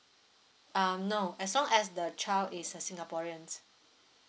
um no as long as the child is a singaporean